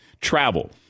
travel